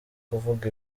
kuvuga